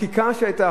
חקיקה שנעשתה,